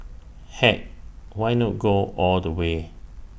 heck why not go all the way